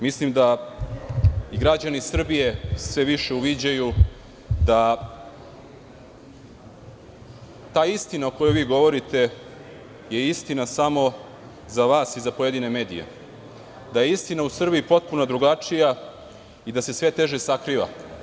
Mislim da i građani Srbije sve više uviđaju da je ta istina, o kojoj vi govorite, istina samo za vas i za pojedine medije, u Srbiji potpuno drugačija i da se sve teže sakriva.